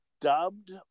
dubbed